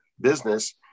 business